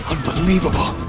Unbelievable